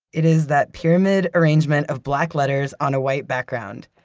it is that pyramid arrangement of black letters on a white background.